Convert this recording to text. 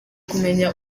kumenya